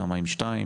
כמה עם שתיים,